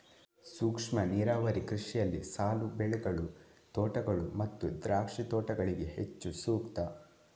ಸೂಕ್ಷ್ಮ ನೀರಾವರಿ ಕೃಷಿಯಲ್ಲಿ ಸಾಲು ಬೆಳೆಗಳು, ತೋಟಗಳು ಮತ್ತು ದ್ರಾಕ್ಷಿ ತೋಟಗಳಿಗೆ ಹೆಚ್ಚು ಸೂಕ್ತ